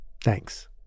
Thanks